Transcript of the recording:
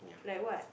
like what